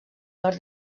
nord